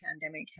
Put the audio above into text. pandemic